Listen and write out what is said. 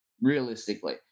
realistically